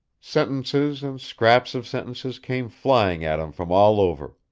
sentences and scraps of sentences came flying at him from all over.